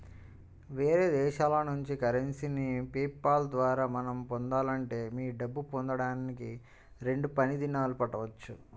వేరే దేశాల నుంచి కరెన్సీని పే పాల్ ద్వారా మనం పొందాలంటే మీ డబ్బు పొందడానికి రెండు పని దినాలు పట్టవచ్చు